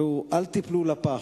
אל תיפלו לפח.